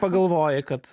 pagalvoji kad